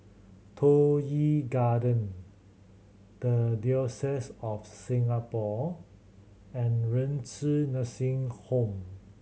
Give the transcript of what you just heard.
Toh Yi Garden The Diocese of Singapore and Renci Nursing Home